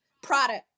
product